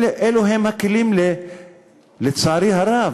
אלו הם הכלים, לצערי הרב.